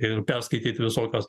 ir perskaityt visokios